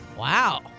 Wow